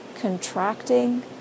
contracting